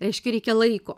reiškia reikia laiko